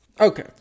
Okay